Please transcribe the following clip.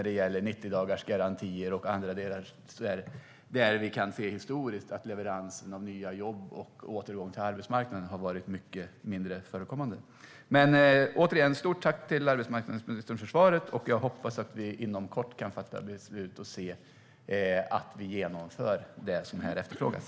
Det gäller 90-dagarsgarantier och andra saker där vi historiskt kan se att leveransen av nya jobb och återgång till arbetsmarknaden har varit mycket mindre förekommande. Jag vill återigen rikta ett stort tack till arbetsmarknadsministern för svaret. Jag hoppas att vi inom kort kan fatta beslut och se att vi genomför det som här efterfrågas.